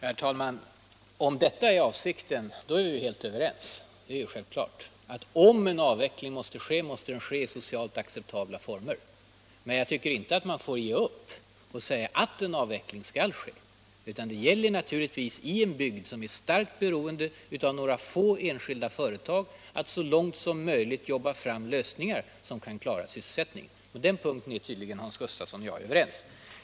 Herr talman! Om detta var avsikten, är vi helt överens. Det är självklart att om en avveckling måste ske, så skall den ske i socialt acceptabla former. Men jag tycker inte att man får ge upp och säga att en avveckling skall ske. Det gäller naturligtvis i en bygd, som är starkt beroende av några få enskilda företag, att så långt som möjligt jobba fram lösningar, som kan klara sysselsättningen. På den punkten är tydligen Hans Gustafsson och jag överens.